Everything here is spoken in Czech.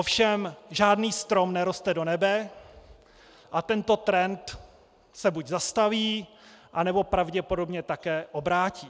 Ovšem žádný strom neroste do nebe a tento trend se buď zastaví, anebo pravděpodobně také obrátí.